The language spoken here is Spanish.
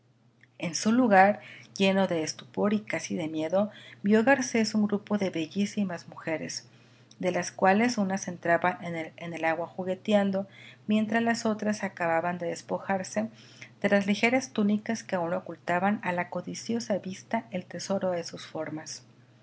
en su lugar lleno de estupor y casi de miedo vio garcés un grupo de bellísimas mujeres de las cuales unas entraban en el agua jugueteando mientras las otras acababan de despojarse de las ligeras túnicas que aún ocultaban a la codiciosa vista el tesoro de sus formas